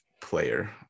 player